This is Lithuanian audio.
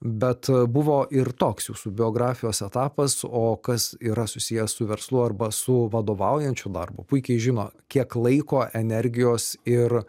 bet buvo ir toks jūsų biografijos etapas o kas yra susiję su verslu arba su vadovaujančiu darbu puikiai žino kiek laiko energijos ir